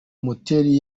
moteri